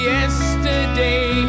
Yesterday